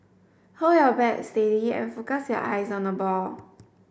hold your bat steady and focus your eyes on the ball